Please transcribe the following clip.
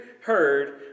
heard